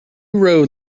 road